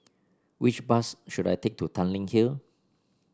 which bus should I take to Tanglin Hill